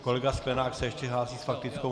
Kolega Sklenák se ještě hlásí s faktickou?